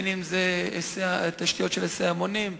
אם התשתיות של היסעי המונים,